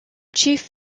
chief